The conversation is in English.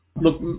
Look